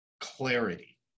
clarity